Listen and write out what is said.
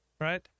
right